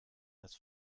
das